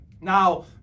now